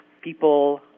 people